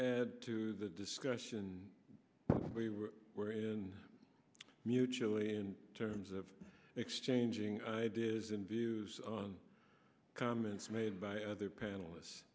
add to the discussion we were in mutually in terms of exchanging ideas and views on comments made by other panelists